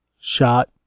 shot